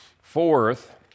Fourth